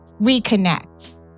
reconnect